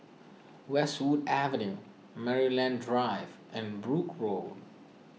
Westwood Avenue Maryland Drive and Brooke Road